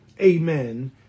amen